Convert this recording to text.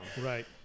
Right